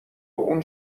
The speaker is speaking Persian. اون